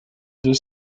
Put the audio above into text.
deux